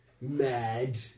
Mad